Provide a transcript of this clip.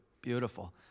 Beautiful